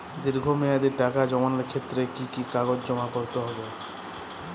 দীর্ঘ মেয়াদি টাকা জমানোর ক্ষেত্রে কি কি কাগজ জমা করতে হবে?